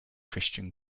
christian